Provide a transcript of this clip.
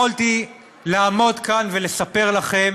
יכולתי לעמוד כאן ולספר לכם